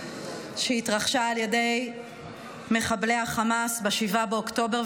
שהתרחשה על ידי מחבלי החמאס ב-7 באוקטובר,